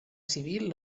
civil